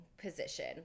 position